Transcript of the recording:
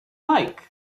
like